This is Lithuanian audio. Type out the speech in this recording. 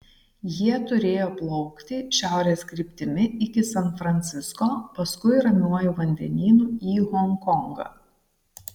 jie turėjo plaukti šiaurės kryptimi iki san francisko paskui ramiuoju vandenynu į honkongą